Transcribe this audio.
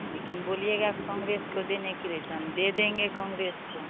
लेकिन बोलिएगा कांग्रेस को देने के लिए तो हम दे देंगे कांग्रेस को